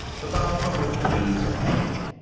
the bough from which the bees are hanging.